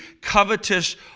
covetous